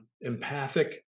empathic